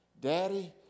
Daddy